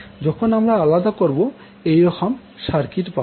যখন আমরা আলাদা করবো এই রকম সার্কিট পাবো